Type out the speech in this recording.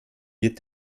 wird